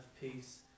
peace